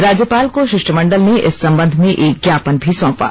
राज्यपाल को शिष्टमंडल ने इस सबंध में एक ज्ञापन भी सौंपा